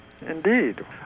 Indeed